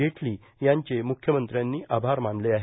जेटली यांचे म्रख्यमंत्र्यांनी आभार मानले आहे